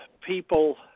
people